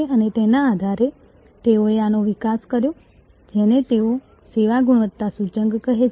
અને તેના આધારે તેઓએ આનો વિકાસ કર્યો જેને તેઓ સેવા ગુણવત્તા સૂચક કહે છે